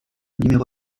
numéro